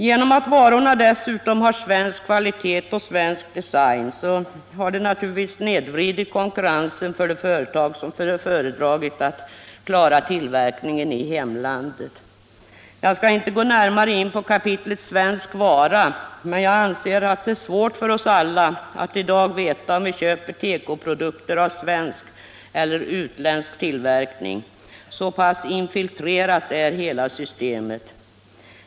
Genom att varorna dessutom har svensk kvalitet och svensk design har konkurrensen naturligtvis snedvridits för de företag som föredragit att ombesörja tillverkning i hemlandet. Jag skall inte gå närmare in på kapitlet svensk vara, men jag anser att det är svårt för oss alla att i dag veta om vi köper tekoprodukter av svensk eller utländsk tillverkning, så infiltrerat är hela systemet.